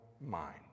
mind